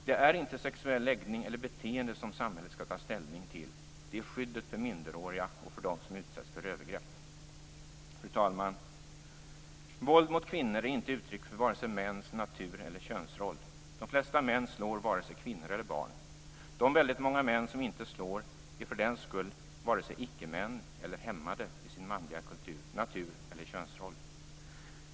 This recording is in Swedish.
Det är inte sexuell läggning eller sexuellt beteende som samhället skall ta ställning till - det är skyddet för minderåriga och för dem som utsätts för övergrepp som skall värnas. Fru talman! Våld mot kvinnor är inte uttryck för vare sig mäns natur eller könsroll. De flesta män slår varken kvinnor eller barn. De väldigt många män som inte slår är för den skull varken icke-män eller hämmade i sin manliga natur eller könsroll.